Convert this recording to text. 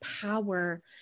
power